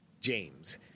James